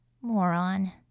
Moron